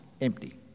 empty